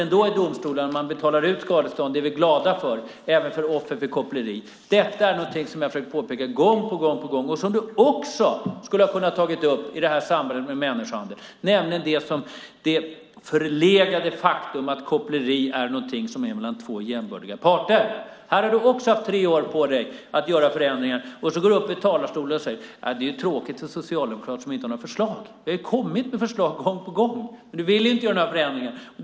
Nu betalar man ut skadestånd i domstolarna även till offer för koppleri, vilket vi är glada för. Detta har jag försökt påpeka gång på gång. Något som du, Beatrice Ask, också hade kunnat ta upp i samband med människohandel är det förlegade faktum att koppleri är något som försiggår mellan två jämbördiga parter. Här har du också haft tre år på dig att göra förändringar, men du går upp i talarstolen och säger att det är tråkigt att Socialdemokraterna inte har några förslag. Vi har kommit med förslag gång på gång, men du vill inte göra några förändringar, Beatrice Ask.